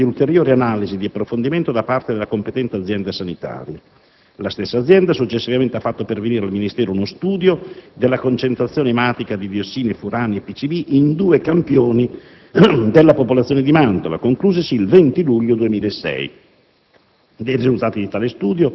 che suggeriva l'esecuzione di una serie di ulteriori analisi di approfondimento da parte della competente azienda sanitaria. La stessa azienda successivamente ha fatto pervenire al Ministero uno «Studio della concentrazione ematica di diossine, furani e PCB in due campioni della popolazione di Mantova», conclusosi il 20 luglio 2006;